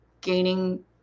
gaining